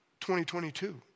2022